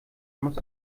muss